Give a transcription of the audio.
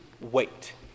wait